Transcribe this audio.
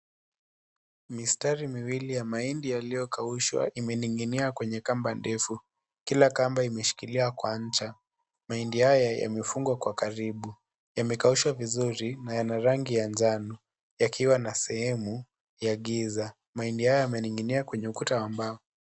Mistari miwili ya mahindi yaliyokaushwa imeninginia kwenye kamba ndefu, kila kamba imeshikilia kwa ncha, mahindi haya yamefungwa kwa karibu, yamekaushwa vizuri na yana rangi ya njano yakiwa na seemu ya giza, mahindi haya yameninginia kwenye ukuta wa mbao.